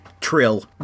trill